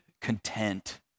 content